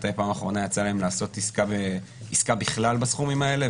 מתי פעם אחרונה יצא להם לעשות עסקה בכלל בסכומים האלה,